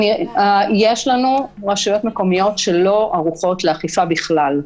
יש לנו רשויות מקומיות שלא ערוכות לאכיפה בכלל,